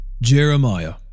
Jeremiah